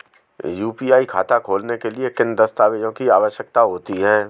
UPI खाता खोलने के लिए किन दस्तावेज़ों की आवश्यकता होती है?